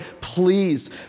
please